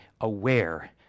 aware